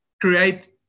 create